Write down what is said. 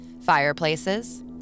fireplaces